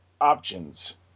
Options